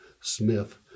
Smith